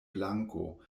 blanko